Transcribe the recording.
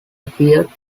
appeared